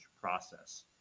process